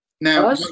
Now